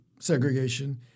segregation